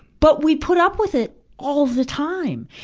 but we put up with it all the time.